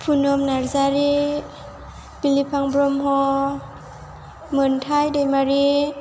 पुनम नार्जारि बिलिफां ब्रह्म मोन्थाइ दैमारि